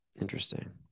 Interesting